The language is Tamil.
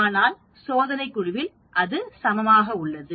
ஆனால் சோதனை குழுவில் அது சமமாக உள்ளது